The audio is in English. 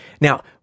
Now